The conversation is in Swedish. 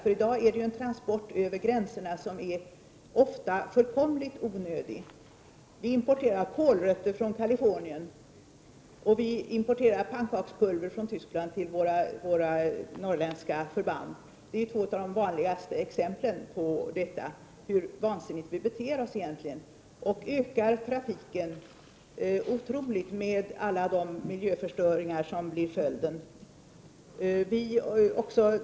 I dag är det fråga om ofta fullkomligt onödiga transporter över gränserna. Vi importerar kålrötter från Kalifornien, och vi importerar pannkakspulver från Tyskland till våra norrländska militära förband. Det är två av de vanligaste exemplen på hur vansinnigt vi beter oss och hur vi ökar trafiken på ett nästan otroligt sätt med alla de miljöförstöringar som blir följden.